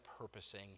purposing